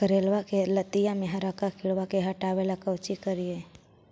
करेलबा के लतिया में हरका किड़बा के हटाबेला कोची करिए?